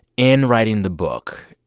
in writing the book,